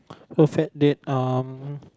perfect date um